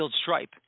stripe